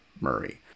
murray